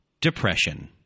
depression